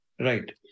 Right